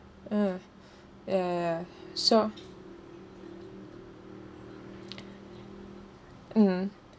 mm ya ya ya so mm